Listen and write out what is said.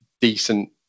decent